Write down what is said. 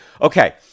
Okay